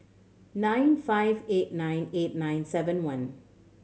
nine five eight nine eight nine seven one